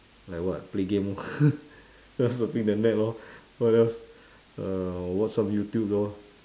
like what play game lor just surfing the net lor what else uh watch some youtube lor